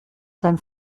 sein